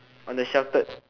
on the sheltered